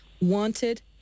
wanted